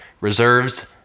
reserves